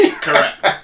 Correct